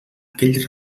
aquell